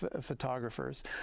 photographers